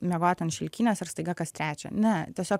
miegot ant šilkinės ir staiga kas trečią ne tiesiog